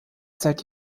seit